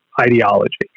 ideology